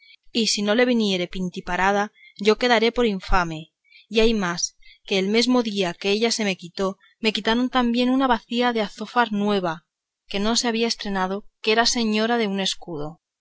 y si no le viniere pintiparada yo quedaré por infame y hay más que el mismo día que ella se me quitó me quitaron también una bacía de azófar nueva que no se había estrenado que era señora de un escudo